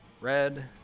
red